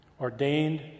Ordained